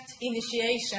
initiation